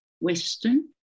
Western